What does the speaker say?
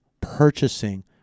purchasing